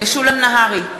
משולם נהרי,